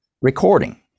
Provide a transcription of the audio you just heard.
recording